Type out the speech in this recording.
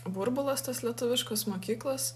burbulas tos lietuviškos mokyklos